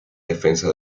defensa